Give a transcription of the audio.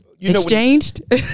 exchanged